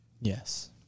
Yes